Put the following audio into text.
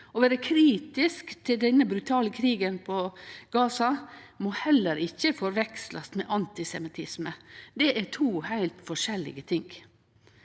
Å vere kritisk til den brutale krigen i Gaza må heller ikkje forvekslast med antisemittisme. Det er to heilt forskjellige ting.